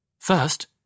First